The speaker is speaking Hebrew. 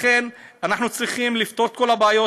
לכן, אנחנו צריכים לפתור את כל הבעיות.